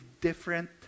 different